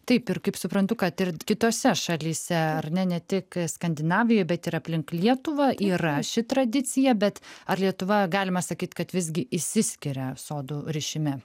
taip ir kaip suprantu kad ir kitose šalyse ar ne ne tik skandinavijoj bet ir aplink lietuvą yra ši tradicija bet ar lietuva galima sakyt kad visgi išsiskiria sodų rišime